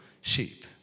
sheep